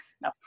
No